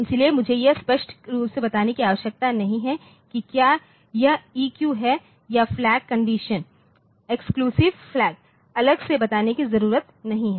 इसलिए मुझे यह स्पष्ट रूप से बताने की आवश्यकता नहीं है कि क्या यह ईक्यू है या फ्लैग कंडीशन एक्सेक्यूशन फ्लैग अलग से बताने की ज़रूरते नहीं है